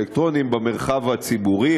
אלקטרוניים,